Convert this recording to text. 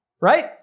right